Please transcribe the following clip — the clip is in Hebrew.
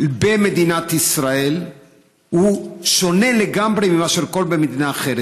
במדינת ישראל הוא שונה לגמרי ממה שבכל מדינה אחרת.